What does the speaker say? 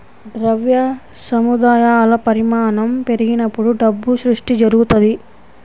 ద్రవ్య సముదాయాల పరిమాణం పెరిగినప్పుడు డబ్బు సృష్టి జరుగుతది